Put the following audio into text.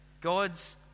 God's